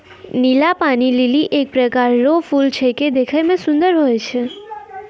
नीला पानी लीली एक प्रकार रो फूल छेकै देखै मे सुन्दर हुवै छै